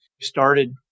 started